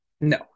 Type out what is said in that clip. No